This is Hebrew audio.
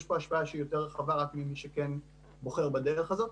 יש פה השפעה שהיא יותר רחבה רק ממי שכן בוחר בדרך הזאת.